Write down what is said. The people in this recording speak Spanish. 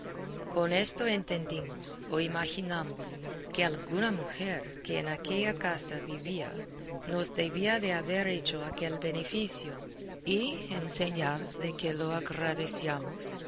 con esto entendimos o imaginamos que alguna mujer que en aquella casa vivía nos debía de haber hecho aquel beneficio y en señal de que lo agradecíamos